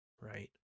right